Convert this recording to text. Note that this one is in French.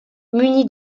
muni